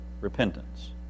repentance